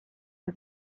for